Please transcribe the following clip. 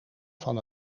van